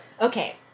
Okay